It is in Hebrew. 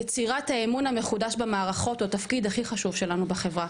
יצירת האמון המחודש במערכות הוא התפקיד הכי חשוב שלנו בחברה.